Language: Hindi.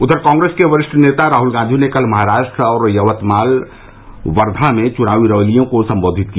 उधर कांग्रेस के वरिष्ठ नेता राहुल गांधी ने कल महाराष्ट्र में यवतमाल और वर्धा में चुनावी रैलियों को संबोधित किया